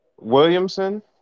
Williamson